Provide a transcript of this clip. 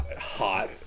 hot